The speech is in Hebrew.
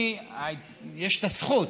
לי יש את הזכות,